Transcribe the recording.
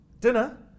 Dinner